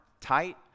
tight